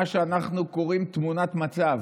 מה שאנחנו בצבא קוראים לו תמונת מצב.